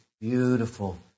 beautiful